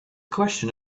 question